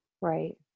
Right